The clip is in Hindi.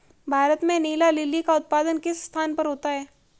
भारत में नीला लिली का उत्पादन किस स्थान पर होता है?